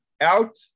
out